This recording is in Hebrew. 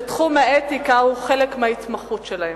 שתחום האתיקה הוא חלק מההתמחות שלהם.